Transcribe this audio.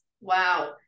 wow